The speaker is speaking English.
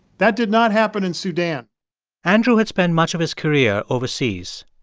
that did not happen in sudan andrew had spent much of his career overseas.